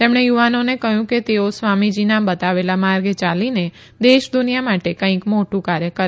તેમણે યુવાનોને કહ્યું કે તેઓ સ્વામીજીના બતાવેલા માર્ગે યાલીને દેશ દુનિયા માટે કંઇક મોટુ કાર્ય કરે